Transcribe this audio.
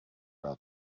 out